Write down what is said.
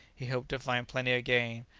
he hoped to find plenty of game,